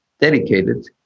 dedicated